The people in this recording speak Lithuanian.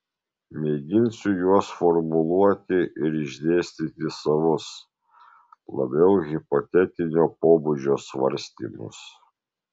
mėginsiu juos formuluoti ir išdėstyti savus labiau hipotetinio pobūdžio svarstymus